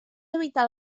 evitar